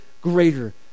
greater